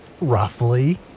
roughly